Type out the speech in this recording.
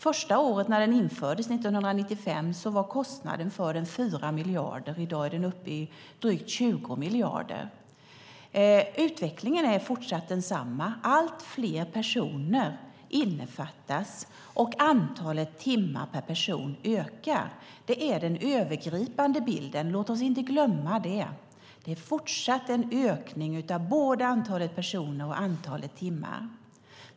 Första året, 1995 när den genomfördes, var kostnaden för den 4 miljarder - i dag drygt 20 miljarder. Utvecklingen är fortsatt densamma. Allt fler personer innefattas, och antalet timmar per person ökar. Det är den övergripande bilden. Låt oss inte glömma att det fortsatt är en ökning både av antalet personer och av antalet timmar.